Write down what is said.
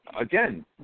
again